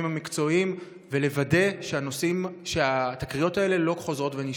המקצועיים ולוודא שהתקריות האלה לא חוזרות ונשנות.